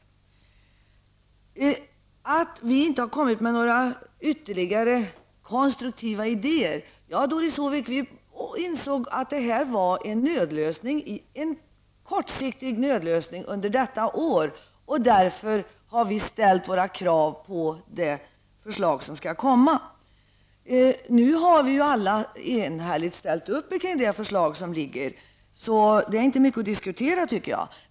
Doris Håvik påstår att vi inte har kommit med några nya konstruktiva idéer. Vi insåg, Doris Håvik, att det här var en kortsiktig nödlösning under detta år. Därför ställer vi våra krav i samband med det förslag som skall komma. Nu har vi alla enhälligt ställt oss bakom det förslag som ligger, så det är inte så mycket att diskutera om, tycker jag.